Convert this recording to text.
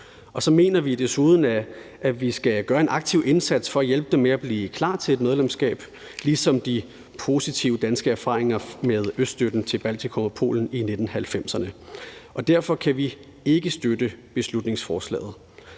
Og så mener vi desuden, at vi skal gøre en aktiv indsats for at hjælpe dem med at blive klar til et medlemskab, ligesom vi gjorde os postive erfaringer med i forbindelse med øststøtten til Baltikum og Polen i 1990'erne. Derfor kan vi ikke støtte beslutningsforslaget.